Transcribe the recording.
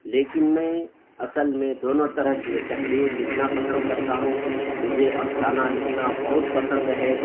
لیکن میں اصل میں دونوں طرح کی تحریر لکھنا پسند کرتا ہوں مجھے افسانہ لکھنا بہت پسند ہے